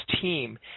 team